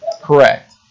Correct